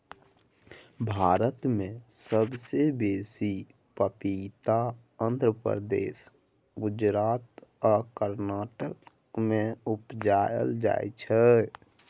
भारत मे सबसँ बेसी पपीता आंध्र प्रदेश, गुजरात आ कर्नाटक मे उपजाएल जाइ छै